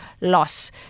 loss